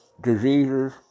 diseases